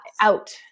out